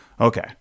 Okay